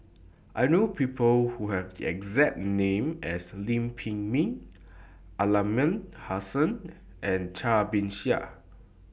I know People Who Have The exact name as Lam Pin Min Aliman Hassan and Cai Bixia